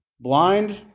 blind